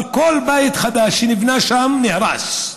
אבל כל בית חדש שנבנה שם, נהרס.